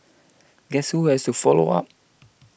guess who has to follow up